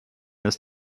ist